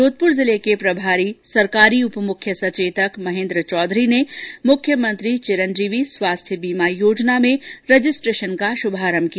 जोधपुर जिले प्रभारी सरकारी उप मुख्य सचेतक महेन्द्र चौधरी ने मुख्यमंत्री चिरंजीवी स्वास्थ्य बीमा योजना में रजिस्ट्रेशन का शुभारंभ किया